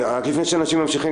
לפני שאנשים ממשיכים,